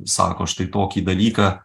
sako štai tokį dalyką